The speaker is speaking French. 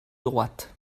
droite